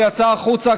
שיצאה החוצה,